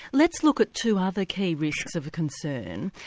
let's look at two other key risks of concern.